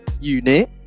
unit